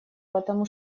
потому